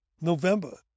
November